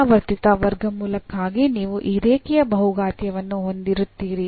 ಪುನರಾವರ್ತಿತ ವರ್ಗಮೂಲಕ್ಕಾಗಿ ನೀವು ಈ ರೇಖೀಯ ಬಹುಘಾತೀಯವನ್ನು ಹೊಂದಿರುತ್ತೀರಿ